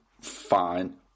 fine